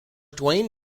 duane